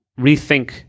rethink